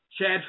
Chad